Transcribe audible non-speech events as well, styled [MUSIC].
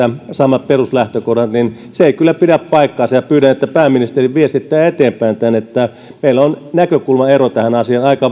samat peruslähtökohdat niin se ei kyllä pidä paikkaansa ja pyydän että pääministeri viestittää eteenpäin että meillä on tähän asiaan näkökulmaero aika [UNINTELLIGIBLE]